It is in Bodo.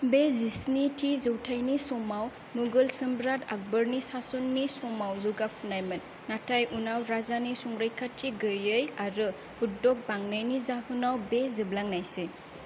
बे जिस्नि थि जौथाइनि समाव मुगल सम्राट आकबरनि सासननि समाव जौगाफुनायमोन नाथाय उनाव राजानि संरैखाथि गैयै आरो उद्योग बांनायनि जाहोनाव बे जोबलांनायसै